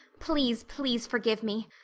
please, please, forgive me.